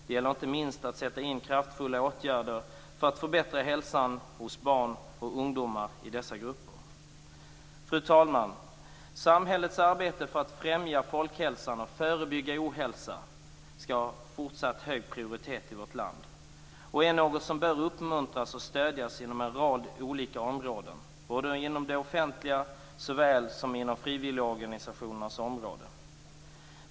Det gäller inte minst att sätta in kraftfulla åtgärder för att förbättra hälsan hos barn och ungdomar i dessa grupper. Fru talman! Samhällets arbete för att främja folkhälsan och förebygga ohälsa skall ha fortsatt hög prioritet i vårt land, och det är något som bör uppmuntras och stödjas inom en rad olika områden - inom det offentliga såväl som inom frivilligorganisationernas område.